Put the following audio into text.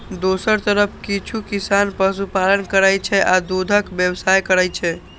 दोसर तरफ किछु किसान पशुपालन करै छै आ दूधक व्यवसाय करै छै